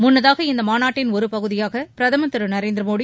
முன்னதாக இந்த மாநாட்டின் ஒரு பகுதியாக பிரதமர் திரு நரேந்திர மோடி